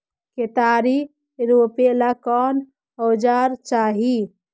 केतारी रोपेला कौन औजर चाही?